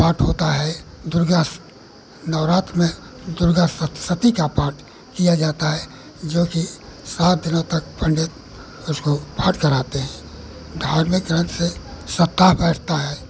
पाठ होता है दुर्गा नवरात्र में दुर्गा सप्तसती का पाठ किया जाता है जो कि सात दिनों तक पण्डित उसको पाठ कराते हैं धार्मिक ग्रन्थ से सप्ताह बैठता है